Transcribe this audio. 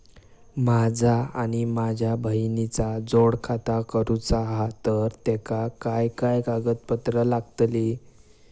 माझा आणि माझ्या बहिणीचा जोड खाता करूचा हा तर तेका काय काय कागदपत्र लागतली?